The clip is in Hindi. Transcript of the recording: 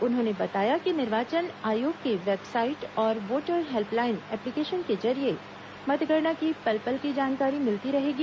उन्होंने बताया कि निर्वाचन आयोग के वेबसाइड और वोटर हेल्पलाइन एप्लीकेशन के जरिए मतगणना की पल पल की जानकारी मिलती रहेगी